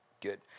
good